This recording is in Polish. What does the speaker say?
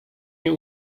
nie